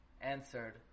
answered